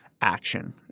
Action